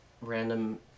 random